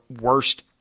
worst